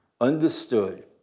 Understood